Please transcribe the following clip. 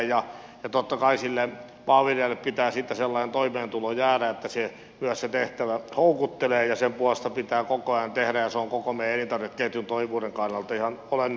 totta kai sille maanviljelijälle pitää sellainen toimeentulo jäädä että se tehtävä myös houkuttelee ja sen puolesta pitää koko ajan tehdä työtä ja se on koko meidän elintarvikeketjumme toimivuuden kannalta ihan olennainen asia